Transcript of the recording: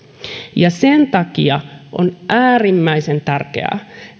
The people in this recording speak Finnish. sen takia on äärimmäisen tärkeää